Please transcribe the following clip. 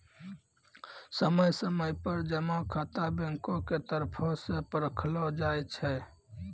समय समय पर जमा खाता बैंको के तरफो से परखलो जाय छै